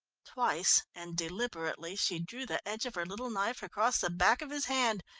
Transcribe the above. twice and deliberately she drew the edge of her little knife across the back of his hand,